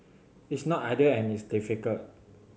it's not ideal and it's difficult